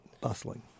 Bustling